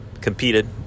competed